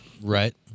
Right